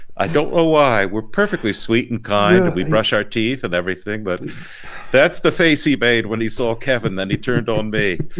i don't know why we're perfectly sweet and kind. we brush our teeth and everything but that's the face he made when he saw kevin then he turned on me.